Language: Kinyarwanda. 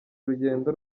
urugendo